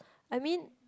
I mean